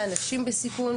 לאנשים בסיכון,